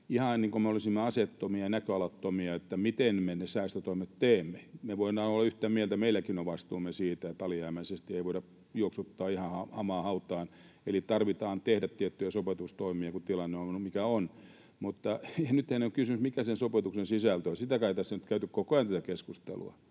ihan niin kuin me olisimme aseettomia ja näköalattomia sen suhteen, miten me ne säästötoimet teemme. Me voidaan olla yhtä mieltä, että meilläkin on vastuumme siitä, että alijäämäisesti ei voida juoksuttaa ihan hamaan hautaan, eli tarvitsee tehdä tiettyjä sopeutustoimia, kun tilanne on mikä on. Mutta nythän on kysymys siitä, mikä sen sopeutuksen sisältö on. Sitä keskustelua kai tässä nyt on käyty koko ajan, ja silloin